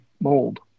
mold